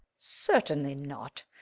certainly not.